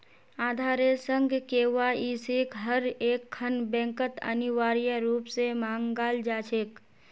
आधारेर संग केवाईसिक हर एकखन बैंकत अनिवार्य रूप स मांगाल जा छेक